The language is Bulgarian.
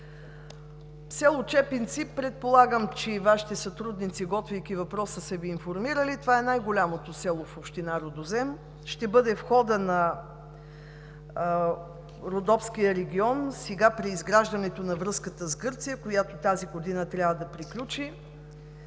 Село Чепинци – предполагам, че и Вашите сътрудници, готвейки въпроса, са Ви информирали, че това е най-голямото село в община Рудозем и то ще бъде входът на родопския регион сега при изграждането на връзката с Гърция, която тази година трябва да приключи.